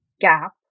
GAP